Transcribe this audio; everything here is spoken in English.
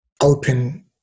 open